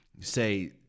say